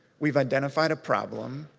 we've identified a problem,